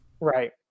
Right